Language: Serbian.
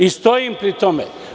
I stojim pri tome.